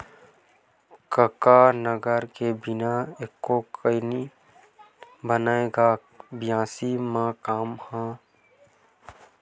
कका नांगर के बिना एको कन नइ बनय गा बियासी के काम ह?